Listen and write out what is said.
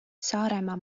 saaremaa